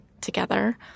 together